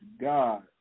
God